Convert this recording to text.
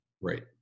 Right